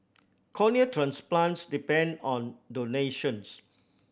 cornea transplants depend on donations